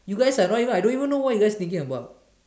you guys are not even I don't even know what you guys thinking about